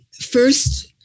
first